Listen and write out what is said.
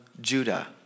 Judah